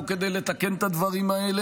אני רק מדייקת את מה שאתה אומר.